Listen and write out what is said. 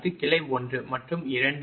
இது கிளை 1 மற்றும் 2